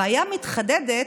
הבעיה מתחדדת,